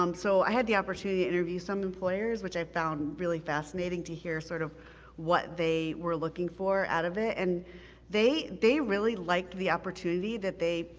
um so i had the opportunity to interview some employers, which i found really fascinating to hear sort of what they were looking for out of it, and they they really liked the opportunity that they,